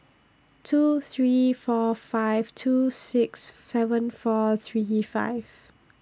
two three four five two six seven four three five